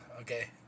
okay